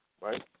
right